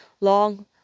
Long